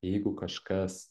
jeigu kažkas